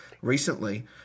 recently